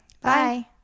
Bye